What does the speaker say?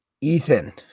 Ethan